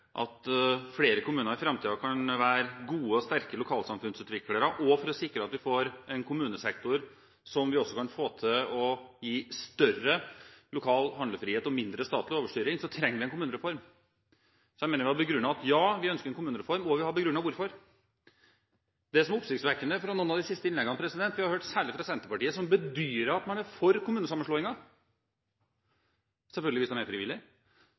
at flere kommuner i framtiden kan være gode og sterke lokalsamfunnsutviklere og for å sikre at vi får en kommunesektor med større lokal handlefrihet og mindre statlig overstyring, trenger vi en kommunereform. Så jeg mener vi har begrunnet hvorfor vi ønsker en kommunereform. Det som er oppsiktsvekkende i noen av de siste innleggene, er særlig det vi har hørt fra Senterpartiet, som bedyrer at man er for kommunesammenslåinger – selvfølgelig hvis de er